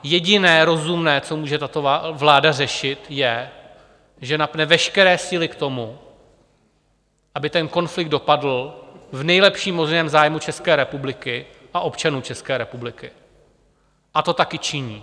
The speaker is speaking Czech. Jediné rozumné, co může tato vláda řešit, je, že napne veškeré síly k tomu, aby ten konflikt dopadl v nejlepším možném zájmu České republiky a občanů České republiky, a to taky činí.